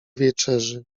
wieczerzy